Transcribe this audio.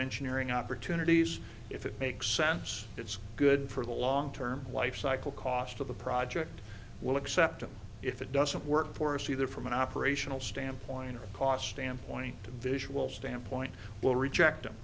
engineering opportunities if it makes sense it's good for the long term lifecycle cost of the project well except if it doesn't work for us either from an operational standpoint or a cost standpoint visual standpoint will reject him